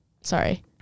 sorry